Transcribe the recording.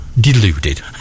deluded